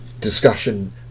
discussion